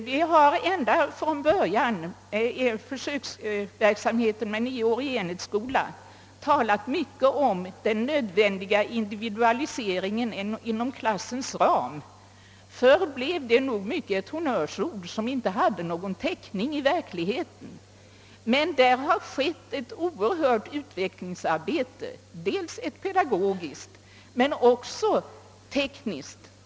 Vi har ändå från början av försöksverksamheten med nioårig enhetsskola talat mycket om den nödvändiga individualiseringen inom klassens ram. Förr blev det nog huvudsakligen ett honnörsord som inte hade någon täckning i verkligheten. Men där har ett omfattande utvecklingsarbete ägt rum, dels ett pedagogiskt, dels också ett tekniskt.